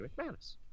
McManus